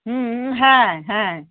হুম হ্যাঁ হ্যাঁ